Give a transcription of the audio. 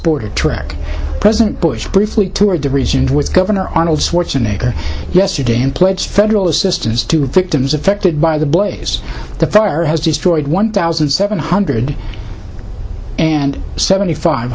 dangerous truck president bush briefly toured the region with governor arnold schwarzenegger yesterday and pledged federal assistance to victims affected by the blaze the fire has destroyed one thousand seven hundred and seventy five